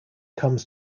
comes